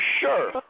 sure